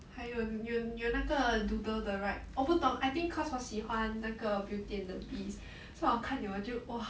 还有有有那个 doodle 的 right 我不懂 I think cause 我喜欢那个 beauty and the beast so 我看了我就 !wah!